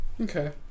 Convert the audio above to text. Okay